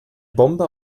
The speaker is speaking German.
bombe